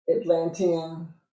Atlantean